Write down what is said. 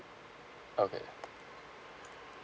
okay